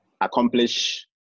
accomplish